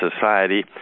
society